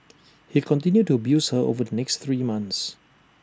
he continued to abuse her over the next three months